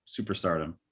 superstardom